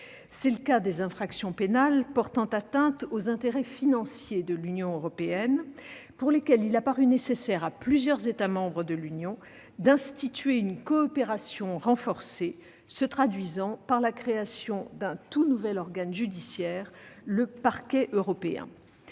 C'est le cas des infractions pénales portant atteinte aux intérêts financiers de l'Union européenne, pour lesquelles il a paru nécessaire à plusieurs États membres de l'Union d'instituer une coopération renforcée se traduisant par la création d'un tout nouvel organe judiciaire : le Parquet européen.